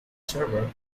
server